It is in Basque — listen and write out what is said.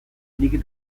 nik